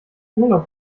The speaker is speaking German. urlaub